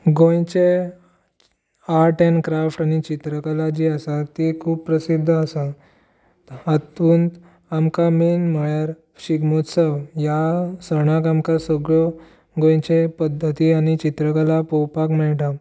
गोंयचे art and craft आनी चित्रकला जी आसा ती खूब प्रसिद्ध आसा हातूंत आमकां मेन म्हळ्यार शिगमोत्सव ह्या सणाक आमकां सगळ्यो गोंयचे पद्धती आनी चित्रकला पळोवपाक मेळटा